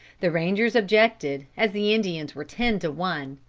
the rangers objected, as the indians were ten to one.